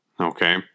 Okay